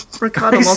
Ricardo